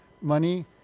money